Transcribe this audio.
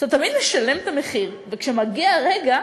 שאתה תמיד משלם את המחיר, וכשמגיע הרגע